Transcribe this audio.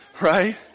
right